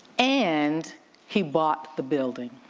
and he bought the building.